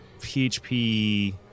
PHP